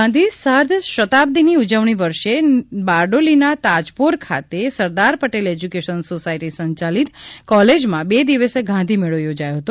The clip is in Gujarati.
ગાંધી સાર્ધ શતાબ્દી ગાંધી સાર્ધ શતાબ્દીની ઉજવણી વર્ષ નિમિત્તે બારડોલીના તાજપોર ખાતે સરદાર પટેલ એજ્યુકેશન સોસાયટી સંચાલિત કોલેજમાં બે દિવસીય ગાંધી મેળો યોજાયો હતો